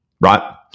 right